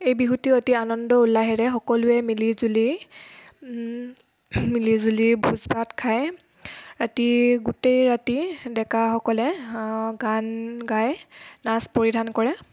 এই বিহুটি অতি আনন্দ উল্লাহেৰে মিলি জুলি মিলি জুলি ভোজ ভাত খাই ৰাতি গোটেই ৰাতি ডেকাসকলে গান গাই নাচ পৰিধান কৰে